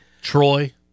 Troy